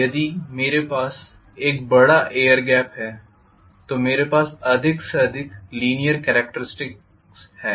यदि मेरे पास एक बड़ा एयर गेप है तो मेरे पास अधिक से अधिक लीनीयर कॅरेक्टरिस्टिक्स हैं